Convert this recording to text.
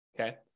okay